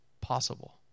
possible